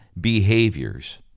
behaviors